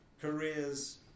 Careers